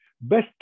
Best